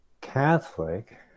Catholic